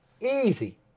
Easy